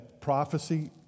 prophecy